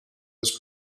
was